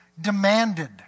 demanded